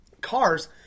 cars